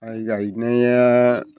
माइ गायनाया